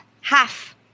half